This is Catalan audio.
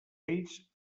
ells